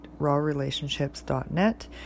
rawrelationships.net